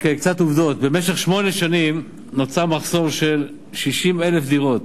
רק קצת עובדות: במשך שמונה שנים נוצר מחסור של 60,000 דירות.